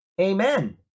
amen